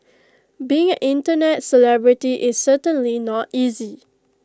being Internet celebrity is certainly not easy